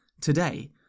today